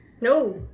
No